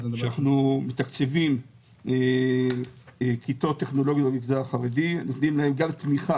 שאנחנו מתקצבים כיתות טכנולוגיות במגזר החרדי נותנים להם גם תמיכה,